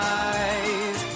eyes